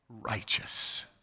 righteous